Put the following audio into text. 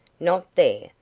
not there?